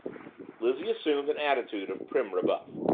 lizzie assumed an attitude of prim rebuff,